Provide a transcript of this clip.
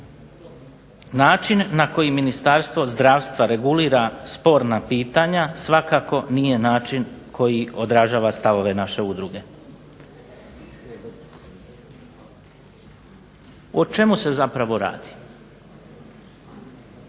način na koji Ministarstvo zdravstva regulira sporna pitanja svakako nije način koji odražava stavove naše udruge. O čemu se zapravo radi?